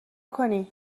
کنی